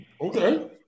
Okay